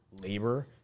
labor